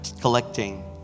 collecting